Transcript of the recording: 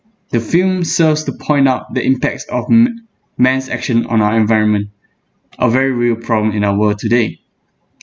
the film serves to point out the impacts of m~ mass action on our environment a very real problem in our world today